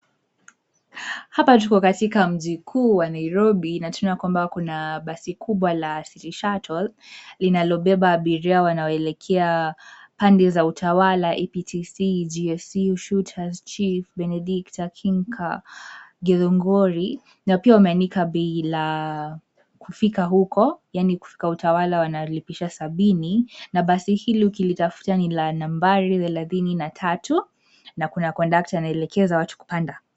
Hapa tuko katika mji kuu wa Nairobi na tunaona kwamba kuna basi kubwa la City Shuttle linalo beba abiria wanaoelekea pande za Utawala, APTC, GSU, Shooters, Chief Benedict, Kinka Githunguri na pia wameandika bei la kufika huko yani ya kufika Utawala wanalipisha sabini na basi hili ukilitafuta ni la nambari thelathini na tatu na kuna kondakta anaelekeza watu kupanda.